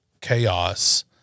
chaos